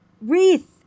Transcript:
wreath